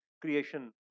creation